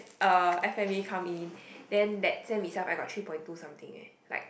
uh F_M_A come in then that sem itself I got three point two something eh